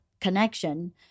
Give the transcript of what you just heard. connection